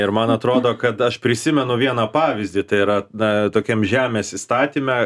ir man atrodo kad aš prisimenu vieną pavyzdį tai yra na tokiam žemės įstatyme